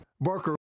Barker